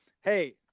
Hey